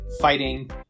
fighting